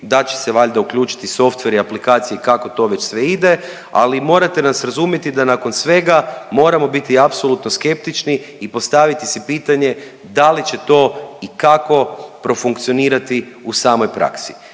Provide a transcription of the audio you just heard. da će se valjda uključiti sofveri i aplikacije kako to već sve ide ali morate nas razumjeti da nakon svega moramo biti apsolutno skeptični i postaviti si pitanje da li će to i kako profunkcionirati u samoj praksi.